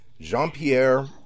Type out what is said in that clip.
Jean-Pierre